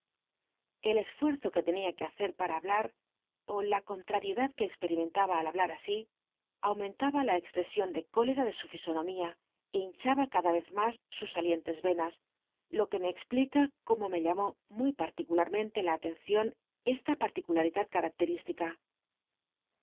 el esfuctzo tue tenia que hacer para hablar ó la contrariedad tue expetimentaba al hablar así aumentaba la expr esion de cólera de su fisonomía é hinchaba cada cz mas sus salientes yenas jo tue me explica como me llamó muy particularmente la atencion esta patticularidad catacteristiea